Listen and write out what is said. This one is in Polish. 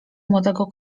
młodego